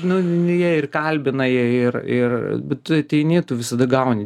nu jie ir kalbina jie ir ir bet tu ateini tu visada gauni